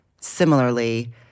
Similarly